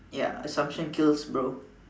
ya assumption kills bro